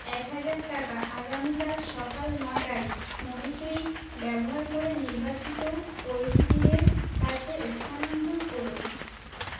এক হাজার টাকা আগামীকাল সকাল নটায় মোবিকুইক ব্যবহার করে নির্বাচিত পরিচিতিদের কাছে স্থানান্তর করুন